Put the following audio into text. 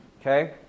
Okay